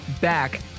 back